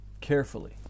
carefully